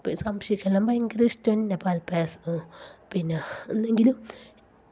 ഭയങ്കര ഇഷ്ടം തന്നെ പാല്പ്പായസം പിന്നെ എന്നെങ്കിലും